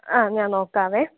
ആ ഞാൻ നോക്കാം